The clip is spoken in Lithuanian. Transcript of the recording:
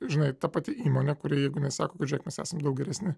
žinai ta pati įmonė kuri jeigu jinai sako žiūrėk mes esam geresni